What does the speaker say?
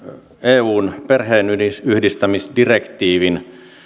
eun perheenyhdistämisdirektiivin